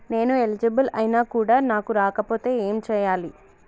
నేను ఎలిజిబుల్ ఐనా కూడా నాకు రాకపోతే ఏం చేయాలి?